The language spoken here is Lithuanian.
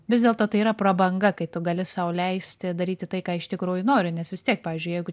vis dėlto tai yra prabanga kai tu gali sau leisti daryti tai ką iš tikrųjų nori nes vis tiek pavyzdžiui jeigu